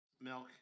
Milk